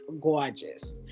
gorgeous